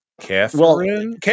Catherine